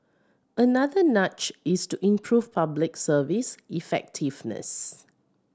another nudge is to improve Public Service effectiveness